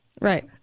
Right